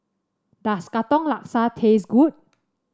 does Katong Laksa taste good